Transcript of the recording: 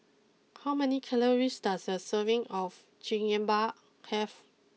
how many calories does a serving of Chigenabe have